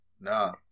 no